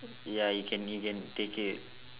ya you can you can take it